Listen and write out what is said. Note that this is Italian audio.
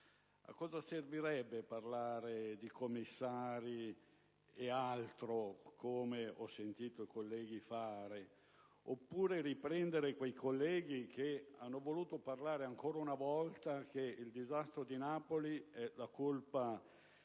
A cosa servirebbe parlare di commissari e altro, come ho sentito alcuni colleghi fare, oppure riprendere quei colleghi che hanno voluto affermare ancora una volta che il disastro di Napoli è colpa